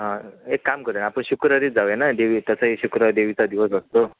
हां एक काम करूया आपण शुक्रवारीच जाऊया ना देवी तसंही शुक्रवार देवीचा दिवस असतो